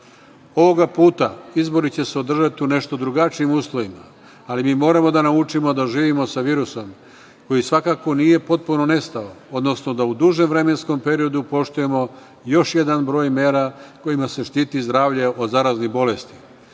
puta izbor će se održati u nešto drugačijim uslovima, ali mi moramo da naučimo da živimo sa virusom koji svakako nije potpuno nestao, odnosno da u dužem vremenskom periodu poštujemo još jedan broj mera kojima se štiti zdravlje od zaraznih bolesti,